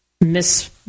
Miss